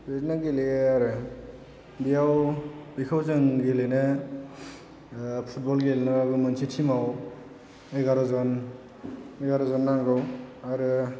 बिदिनो गेलेयो आरो बेयाव बेखौ जों गेलेनो फुटबल गेलेनायावबो मोनसे टिमाव एगार'जन एगार'जन नांगौ आरो